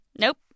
Nope